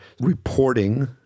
reporting